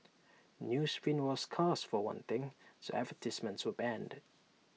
newsprint was scarce for one thing so advertisements were banned